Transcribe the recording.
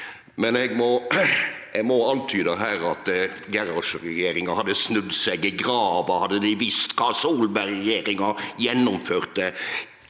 men eg må antyde her at Gerhardsen-regjeringa hadde snudd seg i grava hadde dei visst kva Solberg-regjeringa gjennomførte.